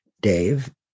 Dave